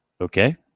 okay